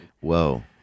Whoa